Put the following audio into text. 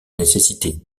nécessitait